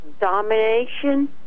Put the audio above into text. domination